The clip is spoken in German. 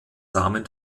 samen